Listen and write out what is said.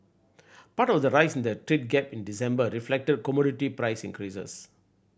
part of the rise in the trade gap in December reflected commodity price increases